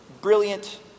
brilliant